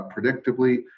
predictably